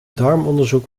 darmonderzoek